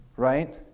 Right